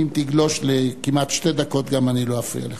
אם תגלוש לכמעט שתי דקות אני גם לא אפריע לך.